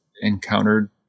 encountered